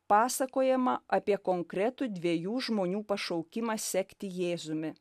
pasakojama apie konkretų dviejų žmonių pašaukimą sekti jėzumi